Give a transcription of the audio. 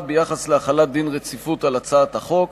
ביחס להחלת דין הרציפות על הצעת החוק.